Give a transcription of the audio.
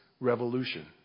revolution